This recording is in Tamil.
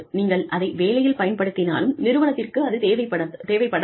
நீங்கள் அதை வேலையில் பயன்படுத்தினாலும் நிறுவனத்திற்கு அது தேவைப்படாது